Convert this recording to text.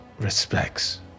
respects